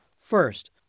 First